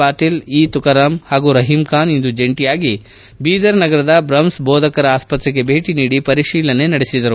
ಪಾಟೀಲ ಈ ತುಕಾರಾಮ್ ಹಾಗೂ ರಹೀಂಖಾನ್ ಇಂದು ಜಂಟಿಯಾಗಿ ಬೀದರ್ ನಗರದ ಬ್ರಮ್ಸ್ ಬೋಧಕರ ಆಸ್ಪತ್ರೆಗೆ ಭೇಟ ನೀಡಿ ಪರಿಶೀಲನೆ ನಡೆಸಿದರು